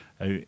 out